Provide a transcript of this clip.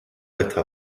cuesta